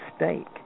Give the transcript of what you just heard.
mistake